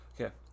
Okay